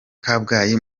kabgayi